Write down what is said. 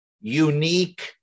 unique